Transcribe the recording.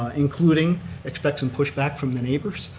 ah including expect some pushback from the neighbors